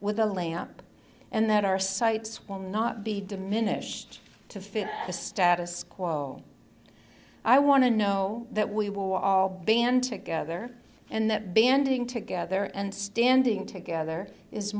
with a lamp and that our sights will not be diminished to fit the status quo i want to know that we will all band together and that banding together and standing together is